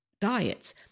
diets